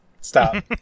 stop